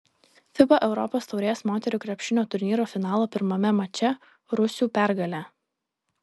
fiba europos taurės moterų krepšinio turnyro finalo pirmame mače rusių pergalė